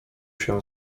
się